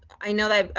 i know that